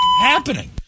happening